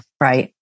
Right